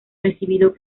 recibido